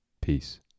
Peace